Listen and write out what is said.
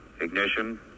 ignition